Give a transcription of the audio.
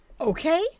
Okay